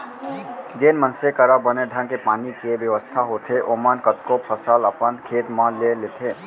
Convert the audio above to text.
जेन मनसे करा बने ढंग के पानी के बेवस्था होथे ओमन कतको फसल अपन खेत म ले लेथें